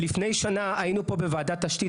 לפני שנה היינו פה בוועדת תשתית,